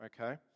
okay